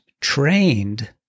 trained